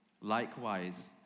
Likewise